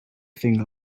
thing